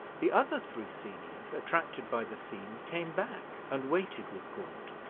the other three seniors, attracted by the scene, came back, and waited with gaunt.